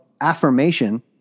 affirmation